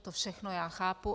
To všechno já chápu.